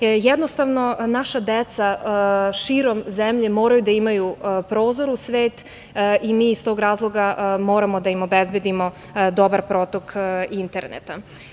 Jednostavno, naša deca širom zemlje moraju da imaju prozor u svet i mi iz tog razloga moramo da im obezbedimo dobar protok interneta.